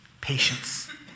patience